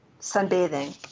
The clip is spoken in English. Sunbathing